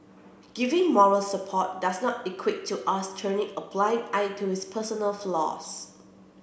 giving moral support does not equate to us turning a blind eye to his personal flaws